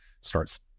starts